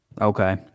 Okay